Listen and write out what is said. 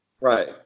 Right